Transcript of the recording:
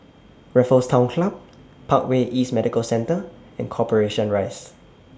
Raffles Town Club Parkway East Medical Centre and Corporation Rise